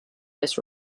this